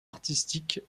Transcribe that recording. artistique